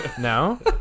no